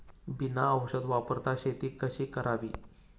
बिना औषध वापरता शेती कशी करावी?